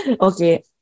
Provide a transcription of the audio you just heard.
Okay